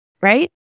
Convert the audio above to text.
right